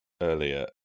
earlier